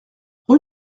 rue